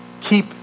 keep